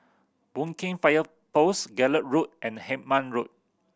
Boon Keng Fire Post Gallop Road and Hemmant Road